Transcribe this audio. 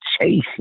chasing